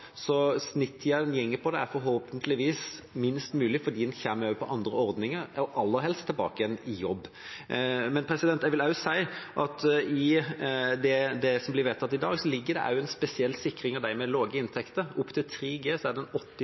så snittida en går på det, er forhåpentligvis lavest mulig fordi en kommer over på andre ordninger – og aller helst tilbake i jobb. Jeg vil også si at i det som blir vedtatt i dag, ligger det også en spesiell sikring av dem med lave inntekter. Opptil 3G er det 80 pst. kompensasjon for dem som går på dagpenger. Det er